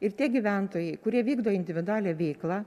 ir tie gyventojai kurie vykdo individualią veiklą